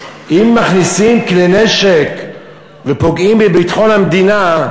אם מכניסים כלי נשק ופוגעים בביטחון המדינה,